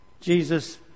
Jesus